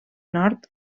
nord